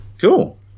cool